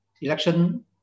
election